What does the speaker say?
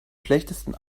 schlechtesten